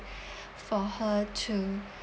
for her to